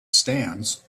stands